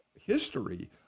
history